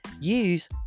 Use